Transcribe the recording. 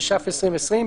התש"ף-2020,